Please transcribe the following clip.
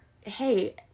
hey